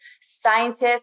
scientists